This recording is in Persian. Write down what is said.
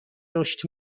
رشد